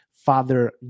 Father